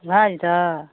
भए जेतय